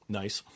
nice